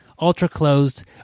ultra-closed